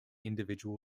individual